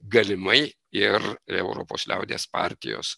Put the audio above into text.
galimai ir europos liaudies partijos